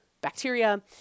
bacteria